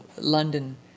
London